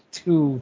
two